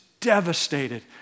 devastated